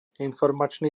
informačný